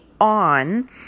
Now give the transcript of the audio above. on